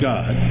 God